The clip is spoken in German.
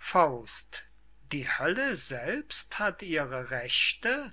knechte die hölle selbst hat ihre rechte